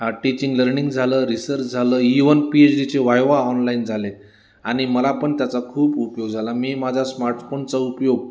teaching learning झालं research झालं one P H D ची वायवा ऑनलाईन झाले आणि मला पण त्याचा खूप उपयोग झाला मी माझा स्मार्टफोनचा उपयोग